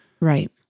Right